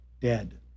dead